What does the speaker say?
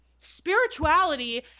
spirituality